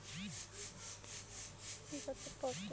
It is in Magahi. कृषिव्यापार भारतीय अर्थव्यवस्था के महत्त्वपूर्ण अंग हइ